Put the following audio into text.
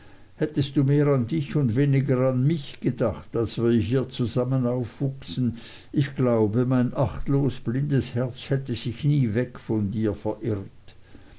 hättest du mehr an dich und weniger an mich gedacht als wir hier zusammen aufwuchsen ich glaube mein achtlos blindes herz hätte sich nie weg von dir verirrt